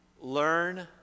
Learn